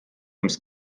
ums